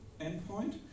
endpoint